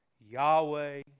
Yahweh